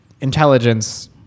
intelligence